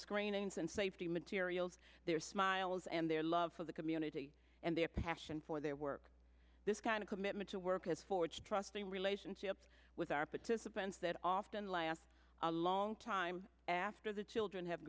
screenings and safety materials their smiles and their love for the community and their passion for their work this kind of commitment to work as forge trusting relationships with our participants that often last a long time after the children have